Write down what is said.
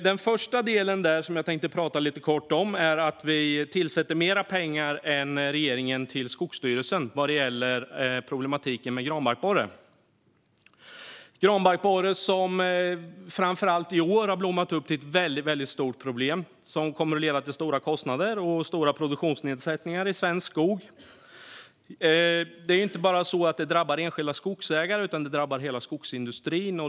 Den första delen av detta som jag tänkte tala lite kort om är att vi tillsätter mer pengar än regeringen till Skogsstyrelsen gällande problematiken med granbarkborre. Granbarkborren har framför allt i år blossat upp till ett väldigt stort problem som kommer att leda till stora kostnader och stora produktionsnedsättningar i svensk skog. Det är inte bara så att det drabbar enskilda skogsägare, utan det drabbar hela skogsindustrin.